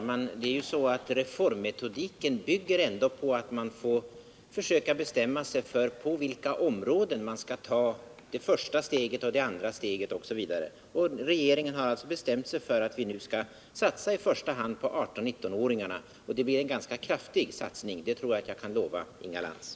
Herr talman! Reformmetodiken bygger på att man får försöka bestämma sig för på vilka områden man skall ta första och andra steget osv. Regeringen haralltså bestämt sig för att i första hand satsa på 18 och 19-åringarna. Och det blir en ganska kraftig satsning — det tror jag att jag kan lova Inga Lantz.